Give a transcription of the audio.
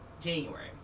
january